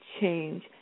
change